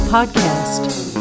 Podcast